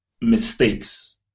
mistakes